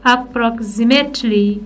Approximately